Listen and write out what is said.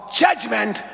judgment